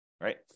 right